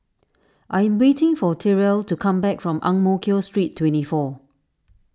I am waiting for Tyrel to come back from Ang Mo Kio Street twenty four